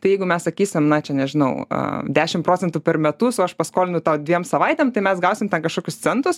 tai jeigu mes sakysim na čia nežinau a dešimt procentų per metus o aš paskolinau tau dviem savaitėm tai mes gausim ten kažkokius centus